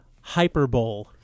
hyperbole